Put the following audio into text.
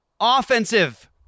offensive